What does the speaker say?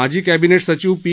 माजी कॅबिनेट सचिव पी